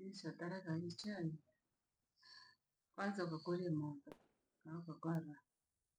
Jinsi yo tereka iyo chai kwanza ukakorya moto maa